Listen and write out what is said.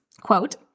Quote